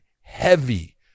heavy